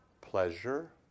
pleasure